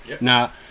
Now